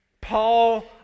Paul